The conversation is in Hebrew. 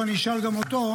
אדוני.